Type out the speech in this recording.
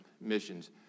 missions